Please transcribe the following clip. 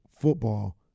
football